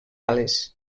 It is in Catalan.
ales